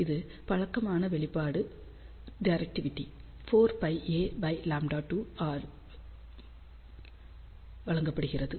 இது பழக்கமான வெளிப்பாடு டிரெக்டிவிடி 4πAλ2 ஆல் வழங்கப்படுகிறது